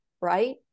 right